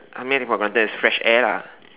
I may have taken for granted is fresh air lah